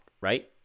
right